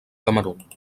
camerun